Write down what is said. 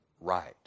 right